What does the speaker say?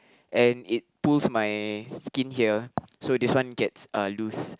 and it pulls my skin here so this one gets uh loose